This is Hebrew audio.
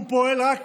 הוא פועל רק